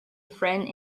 friend